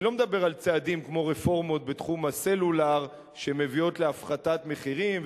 אני לא מדבר על צעדים כמו רפורמות בתחום הסלולר שמביאות להפחתת מחירים,